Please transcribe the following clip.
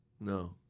No